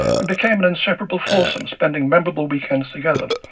we became an inseparable foursome, spending memorable weekends together,